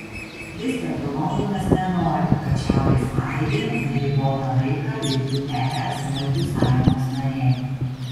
vis dėlto londonas nenori kad šiaurės airija neribotą laiką liktų es muitų sąjungos narė